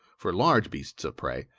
for large beasts of prey,